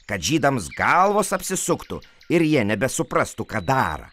kad žydams galvos apsisuktų ir jie nebesuprastų ką darą